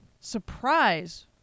surprise